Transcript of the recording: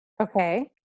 Okay